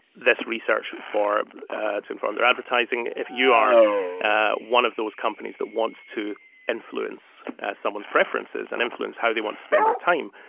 this research for to and form their advertising. if you are ah one of those companies that wants to influence someone's preferences and influence how they want to spend their time,